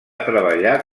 treballar